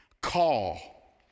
call